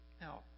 Now